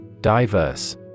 Diverse